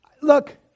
look